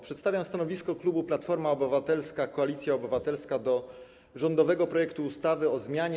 Przedstawiam stanowisko klubu Platforma Obywatelska - Koalicja Obywatelska wobec rządowego projektu ustawy o zmianie